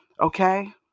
okay